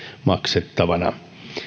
maksettavana